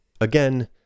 Again